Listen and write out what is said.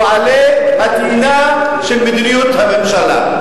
הוא עלה התאנה של מדיניות הממשלה.